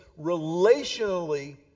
relationally